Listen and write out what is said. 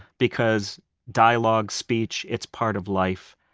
because dialogue, speech, it's part of life,